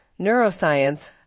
neuroscience